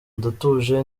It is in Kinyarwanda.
ndatuje